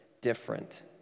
different